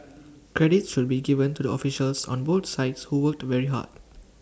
credit should be given to the officials on both sides who worked very hard